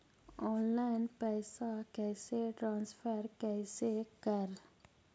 Online पैसा कैसे transfer कैसे कर?